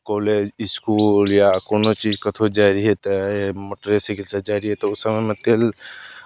college school या कोनो चीज कतहु जाइत रहियै तऽ मोटरसाइकिलसँ जाइत रहियै तऽ समयमे तेल